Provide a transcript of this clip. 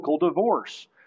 divorce